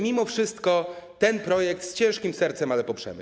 Mimo wszystko ten projekt z ciężkim sercem, ale poprzemy.